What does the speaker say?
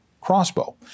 crossbow